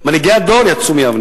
על כל פנים, מנהיגי הדור יצאו מיבנה.